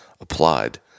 applied